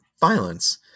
violence